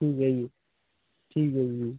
ਠੀਕ ਆ ਜੀ ਠੀਕ ਆ ਜੀ